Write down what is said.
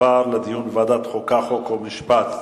תועבר לדיון בוועדת החוקה, חוק ומשפט.